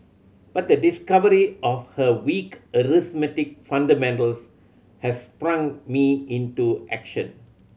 but the discovery of her weak arithmetic fundamentals has sprung me into action